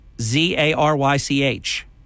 Z-A-R-Y-C-H